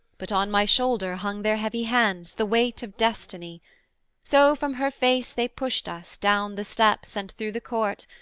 but on my shoulder hung their heavy hands, the weight of destiny so from her face they pushed us, down the steps, and through the court,